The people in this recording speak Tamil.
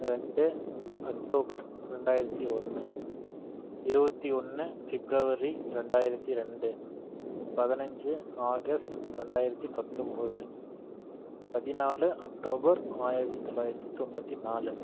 ரெண்டு அக்டோபர் இரண்டாயிரத்து ஒன்று இருபத்தி ஒன்று பிப்ரவரி இரண்டாயிரத்து ரெண்டு பதினஞ்சு ஆகஸ்ட் இரண்டாயிரத்து பத்தொம்பது பதினாலு அக்டோபர் ஆயிரத்து தொள்ளாயிரத்து தொண்ணூற்றி நாலு